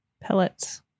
Pellets